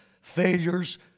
failures